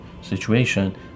situation